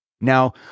Now